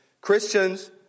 Christians